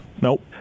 Nope